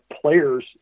players